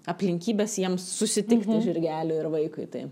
aplinkybes jiems susitikti žirgeliui ir vaikui tai